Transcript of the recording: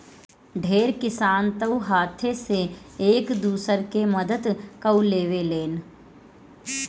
ढेर किसान तअ हाथे से एक दूसरा के मदद कअ लेवेलेन